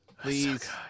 Please